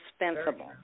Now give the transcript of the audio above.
indispensable